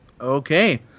Okay